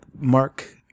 Mark